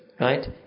right